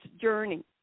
journey